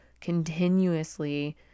continuously